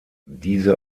diese